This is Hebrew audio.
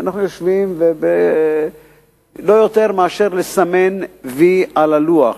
אנחנו יושבים ולא יותר מאשר מסמנים "וי" על הלוח.